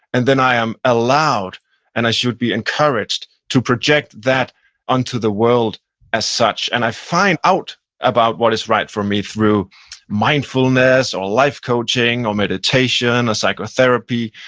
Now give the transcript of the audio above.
and then i am allowed and i should be encouraged to project that onto the world as such. and i find out about what is right for me through mindfulness, life coaching, or meditation, or psychotherapy,